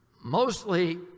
mostly